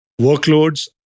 workloads